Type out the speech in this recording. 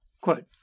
Quote